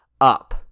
up